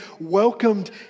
welcomed